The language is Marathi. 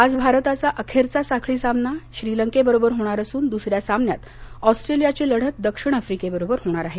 आज भारताचा अखेरचा साखळी सामना श्रीलंकेबरोबर होणार असून दुसऱ्या सामन्यात ऑस्ट्रेलियाची लढत दक्षिण आफ्रिके बरोबर होणार आहे